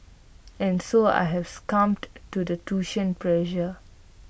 and so I have succumbed to the tuition pressure